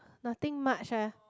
nothing much ah